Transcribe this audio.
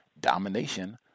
domination